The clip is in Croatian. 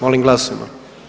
Molim glasujmo.